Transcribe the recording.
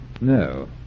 No